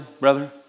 brother